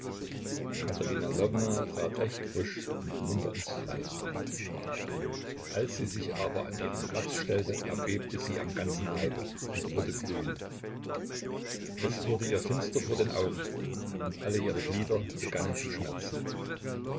katerina lwowna trat recht frisch und munter ins freie als sie sich aber an ihren platz stellte erbebte sie am ganzen leibe und wurde grün es wurde ihr finster vor den augen und alle ihre glieder begannen zu schmerzen